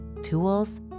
tools